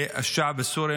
(אומר דברים בשפה הערבית).